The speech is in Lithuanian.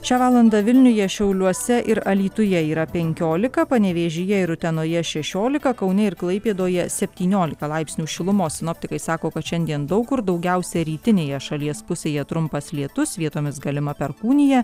šią valandą vilniuje šiauliuose ir alytuje yra penkiolika panevėžyje ir utenoje šešiolika kaune ir klaipėdoje septyniolika laipsnių šilumos sinoptikai sako kad šiandien daug kur daugiausia rytinėje šalies pusėje trumpas lietus vietomis galima perkūnija